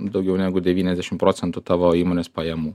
daugiau negu devyniasdešim procentų tavo įmonės pajamų